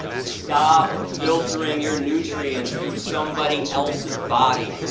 stop filtering your nutrients through somebody else's body.